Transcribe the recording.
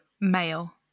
Male